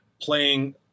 playing